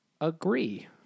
agree